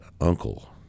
uncle